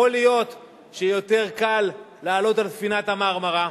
יכול להיות שיותר קל לעלות על ספינת ה"מרמרה"